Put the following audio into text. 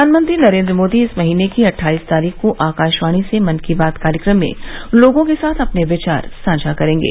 प्रधानमंत्री नरेन्द्र मोदी इस महीने की अट्ठाईस तारीख को आकाशवाणी से मन की बात कार्यक्रम में लोगों के साथ अपने विचार साझा करेंगे